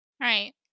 Right